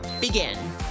begin